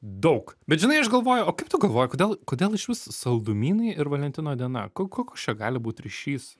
daug bet žinai aš galvoju o kaip tu galvoji kodėl kodėl išvis saldumynai ir valentino diena ko koks čia gali būt ryšys